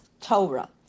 Torah